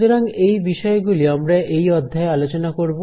সুতরাং এই বিষয়গুলি আমরা এই অধ্যায়ে আলোচনা করব